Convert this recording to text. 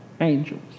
angels